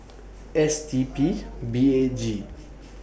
S T P B eight G